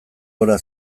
gora